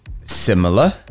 similar